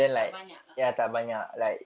tak banyak lah